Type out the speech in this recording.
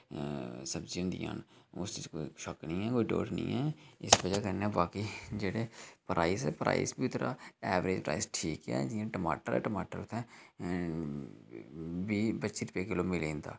अच्छियां सब्जियां होंदियां न उस च कोई शक्क निं ऐ कोई डाउट निं ऐ इस बजह् कन्नै बाकी जेह्ड़े प्राईस प्राईस बी ऐवरेज प्राईस ठीक गै ऐ जियां टमाटर ऐ टमाटर उत्थें बीह् पच्ची रपेऽ किलो मिली जंदा